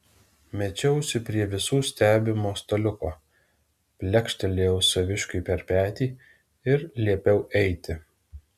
mečiausi prie visų stebimo staliuko plekštelėjau saviškiui per petį ir liepiau eiti